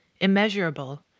Immeasurable